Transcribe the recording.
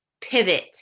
pivot